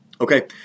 Okay